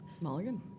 Mulligan